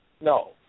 No